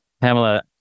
Pamela